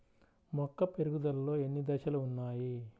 మొక్క పెరుగుదలలో ఎన్ని దశలు వున్నాయి?